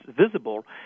visible